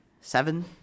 seven